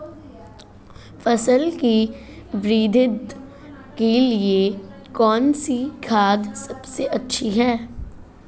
फसल की वृद्धि के लिए कौनसी खाद सबसे अच्छी है?